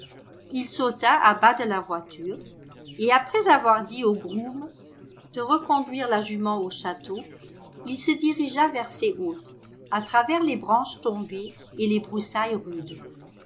il sauta à bas de la voiture et après avoir dit au groom de reconduire la jument au château il se dirigea vers ses hôtes à travers les branches tombées et les broussailles rudes